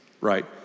right